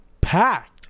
packed